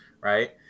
Right